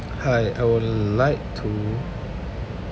hi I would like to